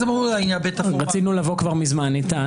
רצינו לבוא מזמן איתן.